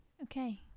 Okay